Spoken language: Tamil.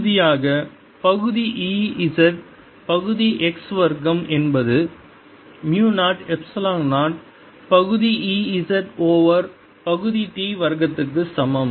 இறுதியாக பகுதி E z பகுதி x வர்க்கம் என்பது மு 0 எப்சிலான் 0 பகுதி E z ஓவர் பகுதி t வர்க்கம் க்கு சமம்